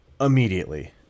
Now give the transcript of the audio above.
immediately